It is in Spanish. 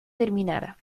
terminara